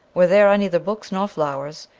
where there are neither books nor flowers,